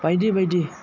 बायदि बायदि